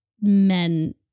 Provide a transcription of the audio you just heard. men